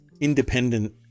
independent